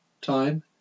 Time